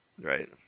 Right